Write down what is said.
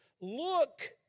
Look